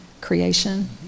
creation